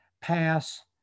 pass